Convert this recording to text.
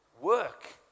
work